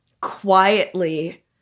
quietly